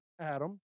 Adam